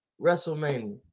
Wrestlemania